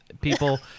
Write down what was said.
people